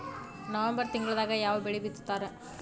November ತಿಂಗಳದಾಗ ಯಾವ ಬೆಳಿ ಬಿತ್ತತಾರ?